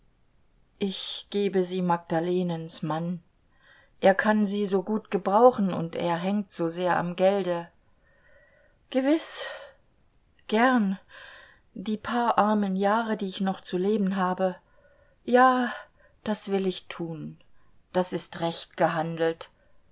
ich gebe sie magdalenens mann er kann sie so gut gebrauchen und er hängt so sehr am gelde gewiß gern die paar armen jahre die ich noch zu leben habe ja das will ich tun das ist recht gehandelt